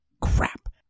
crap